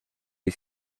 est